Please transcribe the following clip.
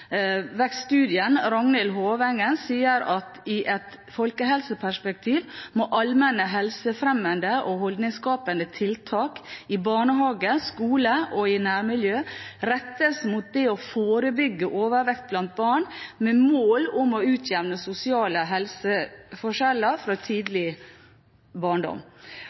Ragnhild Hovengen, sier at i et folkehelseperspektiv må allmenne helsefremmende og holdningsskapende tiltak i barnehage, skole og nærmiljø rettes mot å forebygge overvekt blant barn med mål om å utjevne sosiale helseforskjeller fra tidlig barndom.